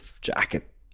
jacket